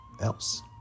else